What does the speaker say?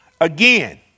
Again